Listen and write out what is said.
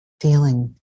feeling